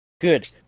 Good